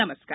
नमस्कार